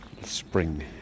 spring